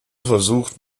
versucht